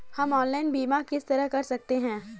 हम ऑनलाइन बीमा किस तरह कर सकते हैं?